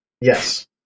Yes